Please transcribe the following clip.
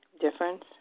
difference